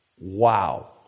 Wow